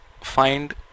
find